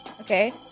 Okay